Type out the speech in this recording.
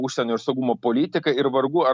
užsienio ir saugumo politiką ir vargu ar